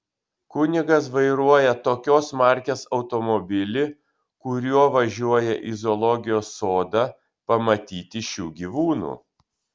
kunigas vairuoja tokios markės automobilį kuriuo važiuoja į zoologijos sodą pamatyti šių gyvūnų